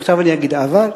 עכשיו אני אגיד "אבל"?